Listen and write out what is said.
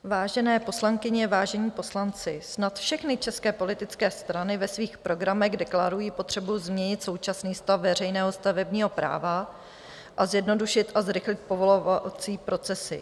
Vážené poslankyně, vážení poslanci, snad všechny české politické strany ve svých programech deklarují potřebu změnit současný stav veřejného stavebního práva a zjednodušit a zrychlit povolovací procesy.